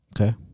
Okay